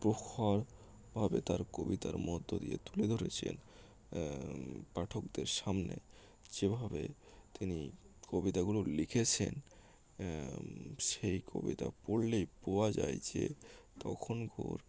প্রখরভাবে তার কবিতার মধ্য দিয়ে তুলে ধরেছেন পাঠকদের সামনে যেভাবে তিনি কবিতাগুলো লিখেছেন সেই কবিতা পড়লেই বোঝা যায় যে তখনকার